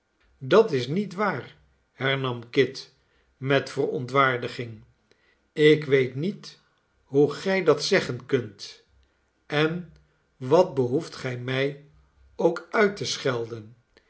dat is niet waar hernam kit met verontwaardiging ik weet niet hoe gij dat zeggen kunt en wat behoeft gij mij ook uit te schelden